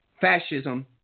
fascism